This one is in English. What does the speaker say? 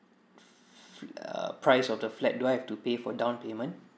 f~ err price of the flat do I have to pay for down payment